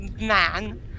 man